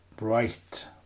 Right